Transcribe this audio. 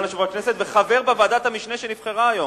סגן יושב-ראש הכנסת וחבר בוועדת המשנה שנבחרה היום.